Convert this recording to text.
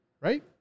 right